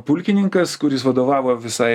pulkininkas kuris vadovavo visai